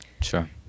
Sure